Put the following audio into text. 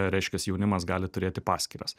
reiškias jaunimas gali turėti paskyras